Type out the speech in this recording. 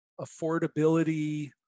affordability